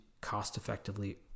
cost-effectively